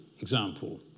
example